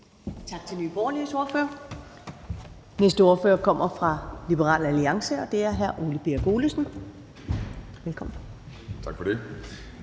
Tak til Nye Borgerliges ordfører. Den næste ordfører kommer fra Liberal Alliance, og det er hr. Ole Birk Olesen. Velkommen. Kl.